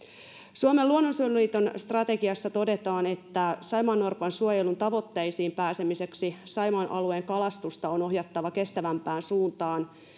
suomen luonnonsuojeluliiton strategiassa todetaan saimaannorpan suojelun tavoitteisiin pääsemiseksi saimaan alueen kalastusta on ohjattava kestävämpään suuntaan